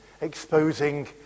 exposing